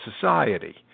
society